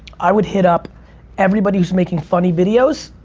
i would hit up everybody who's making funny videos,